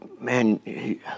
man